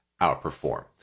outperform